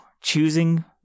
Choosing